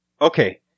okay